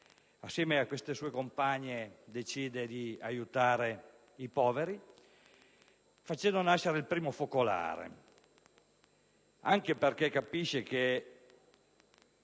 Assieme a queste sue compagne decide di aiutare i poveri, facendo nascere il primo focolare, anche perché capisce che